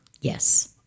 Yes